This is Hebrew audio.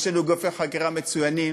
יש לנו גופי אכיפה מצוינים.